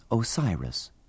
Osiris